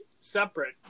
separate